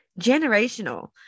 Generational